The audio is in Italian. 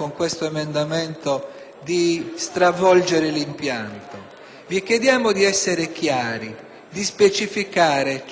decreto, ma di essere chiari e di specificare